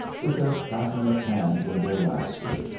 with their clapping of hands and their laughter,